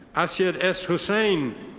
asyad s. hussein.